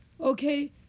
okay